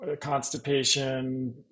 constipation